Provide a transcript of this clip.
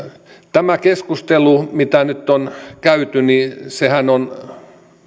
tämä keskustelu mitä nyt on käyty on